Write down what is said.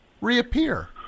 reappear